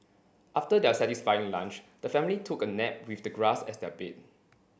after their satisfying lunch the family took a nap with the grass as their bed